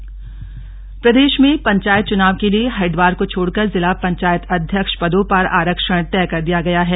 पंचायतों में आरक्षण प्रदेश में पंचायत चुनाव के लिए हरिद्वार को छोड़कर जिला पंचायत अध्यक्ष पदों पर आरक्षण तय कर दिया गया है